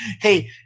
Hey